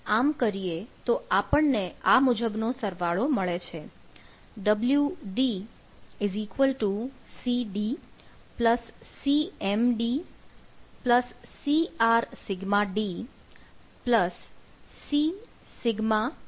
આમ કરીએ તો આપણને આ મુજબ નો સરવાળો મળે છે wD cD cmD crσD cσμD